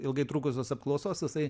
ilgai trukusios apklausos jisai